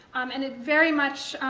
um and it very much